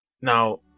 Now